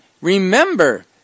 remember